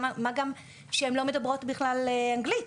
מה גם שהן לא מדברות בכלל אנגלית,